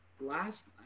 last